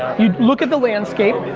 you look at the landscape.